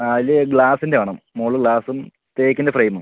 ആ അതില് ഗ്ലാസ്സിൻ്റ വേണം മുകളില് ഗ്ലാസ്സും തേക്കിൻ്റ ഫ്രെയിമും